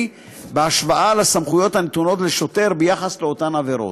בהשוואה לסמכויות הנתונות לשוטר באותן עבירות.